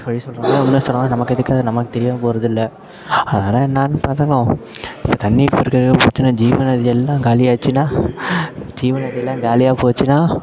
பொய் சொல்கிறாங்களோ உண்மையை சொல்கிறாங்களோ நமக்கு எதுக்கு அது நமக்கு தெரியவும் போகிறதில்ல அதனால் என்னென்னு பார்த்துக்கலாம் இப்போ தண்ணி இப்போ இருக்கிற பிரச்சின ஜீவநதி எல்லாம் காலியாச்சுன்னா ஜீவநதியெலாம் காலியாக போச்சுன்னால்